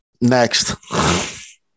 Next